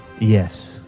Yes